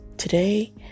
Today